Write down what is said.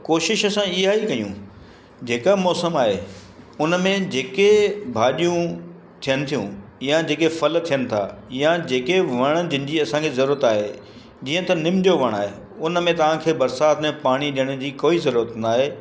त कोशिश असां इहा ई कयूं जेका मौसम आहे उन में जेके भाॼियूं थियनि थियूं या जेके फल थियनि था या जेके वण जिन जी असांखे ज़रूरत आहे जीअं त निम जो वण आहे उन में तव्हांखे बरिसात में पाणी ॾियण जी कोई ज़रूरत न आहे